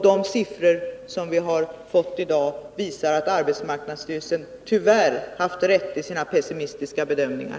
De siffror som vi fått i dag visar att arbetsmarknadsstyrelsen tyvärr haft rätt i sina pessimistiska bedömningar.